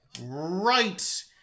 right